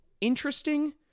interesting